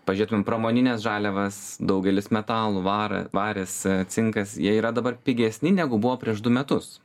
pažiūrėtumėm pramonines žaliavas daugelis metalų vario varis cinkas jie yra dabar pigesni negu buvo prieš du metus